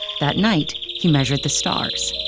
that night, he measured the stars.